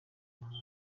muhanzi